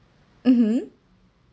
mmhmm